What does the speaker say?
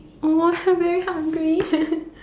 oh I very hungry